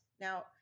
Now